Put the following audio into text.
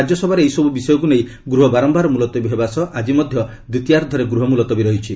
ରାଜ୍ୟସଭାରେ ଏହିସବୁ ବିଷୟକୁ ନେଇ ଗୃହ ବାରମ୍ଭାର ମୁଲତବୀ ହେବା ସହ ଆଜି ମଧ୍ୟ ଦ୍ୱିତୀୟାର୍ଦ୍ଧରେ ଗୃହ ମୁଲତବୀ ରହିଛି